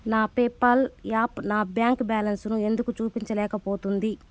నా PayPal app నా bank బ్యాలెన్సును ఎందుకు చూపించలేకపోతుంది